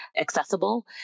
accessible